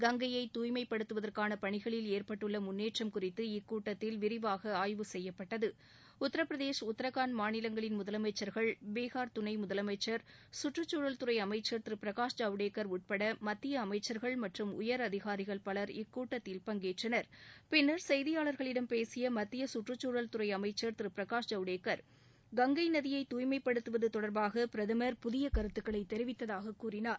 கங்கையை தூய்மைப்படுத்துவதற்கான பணிகளில் ஏற்பட்டுள்ள முன்னேற்றம் குறித்து இக்கூட்டத்தில் விரிவாக ஆய்வு செய்யப்பட்டது உத்திரபிரதேஷ் உத்ரகாண்ட் மாநிலங்களின் முதலமைச்சா பீகார் துணை முதலமைச்சா் சுற்றுச்சூழல்துறை அமைச்ச்ர் திரு பிரகாஷ் ஜவடேக்கா் உட்பட மத்திய அமைச்சா்கள் மற்றும் உயர் அதிகாரிகள் பலா் இக்கூட்டத்தில் பங்கேற்றனர் பின்னர் செய்தியாளர்களிடம் பேசிய மத்திய சுற்றுச்சூழல் துறை அமைச்சர் திரு பிரகாஷ் ஜவ்டேகர் கங்கை நதியை தூய்மைப்படுத்துவது தொடர்பாக பிரதமர் புதிய கருத்துகளை தெரிவித்ததாக கூறினார்